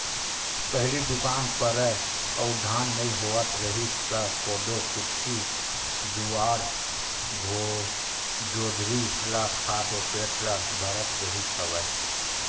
पहिली दुकाल परय अउ धान नइ होवत रिहिस त कोदो, कुटकी, जुवाड़, जोंधरी ल खा के पेट ल भरत रिहिस हवय